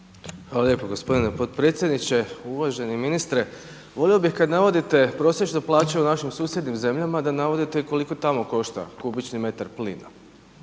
Hvala lijepo gospodine potpredsjedniče. Uvaženi ministre. Volio bih kada navodite prosječnu plaću u našim susjednim zemljama da navodite i koliko tamo košta kubični metar plina